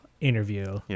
interview